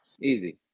easy